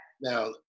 Now